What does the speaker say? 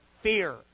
fear